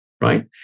right